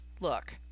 Look